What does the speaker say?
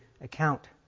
account